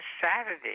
Saturday